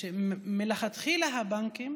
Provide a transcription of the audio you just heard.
שמלכתחילה הבנקים